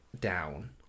down